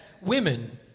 women